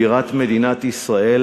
בירת מדינת ישראל,